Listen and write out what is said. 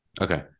Okay